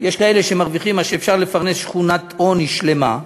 יש כאלה שמרוויחים את מה שאפשר לפרנס בו שכונת עוני שלמה,